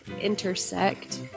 intersect